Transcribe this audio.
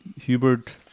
Hubert